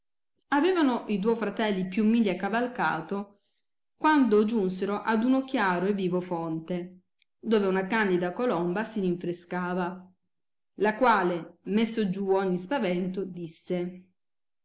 avevano i duo fratelli più miglia cavalcato quando giunsero ad uno chiaro e vivo fonte dove una candida colomba si rinfrescava la quale messo giù ogni spavento disse